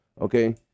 okay